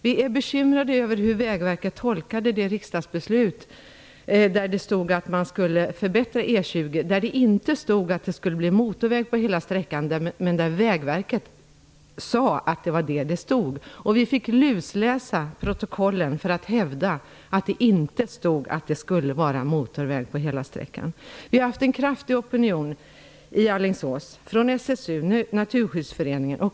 Vi är bekymrade över hur Vägverket tolkade riksdagsbeslutet om att E 20 skulle förbättras. Det stod ingenting om att det skulle bli motorväg på hela sträckan. Men Vägverket sade att det var så det stod. Vi fick lusläsa protokollen för att kunna hävda att det inte stod någonting om att det skulle vara motorväg på hela sträckan. Det har varit en kraftig opinion i Alingsås från SSU och Naturskyddsföreningen.